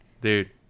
Dude